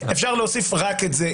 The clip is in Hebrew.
אפשר להוסיף רק את זה,